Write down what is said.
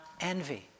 envy